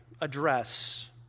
address